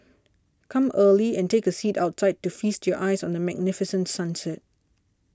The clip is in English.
come early and take a seat outside to feast your eyes on the magnificent sunset